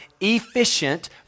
efficient